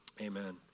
amen